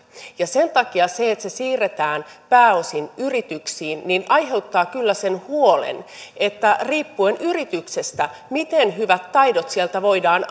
sen takia se että se siirretään pääosin yrityksiin aiheuttaa kyllä sen huolen riippuen yrityksestä miten hyvät taidot sieltä voidaan